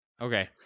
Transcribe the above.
Okay